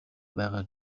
байгаа